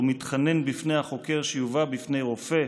הוא מתחנן בפני החוקר שהוא יובא בפני רופא,